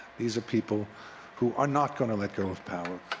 these are people who are not going to let go of power.